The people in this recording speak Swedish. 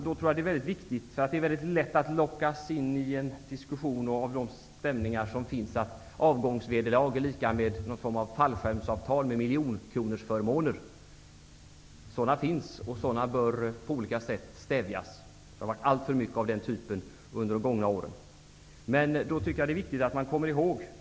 Det är väldigt lätt att genom de stämningar som här finns lockas in i en diskussion om att avgångsvederlag är lika med ett slags fallskärmsavtal med förmåner i miljonklassen. Sådana finns, men sådana bör stävjas på olika sätt. Det har varit alltför mycket av den typen under de gångna åren.